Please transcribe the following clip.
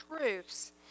truths